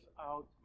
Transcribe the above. out